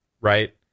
right